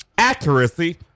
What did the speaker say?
Accuracy